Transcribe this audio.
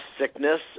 sickness